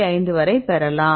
5 வரை பெறலாம்